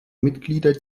mitglieder